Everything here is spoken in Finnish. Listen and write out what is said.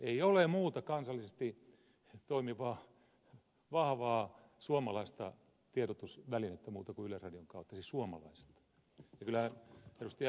ei ole muuta kansallisesti toimivaa vahvaa suomalaista tiedotusvälinettä kuin yleisradion kautta siis suomalaista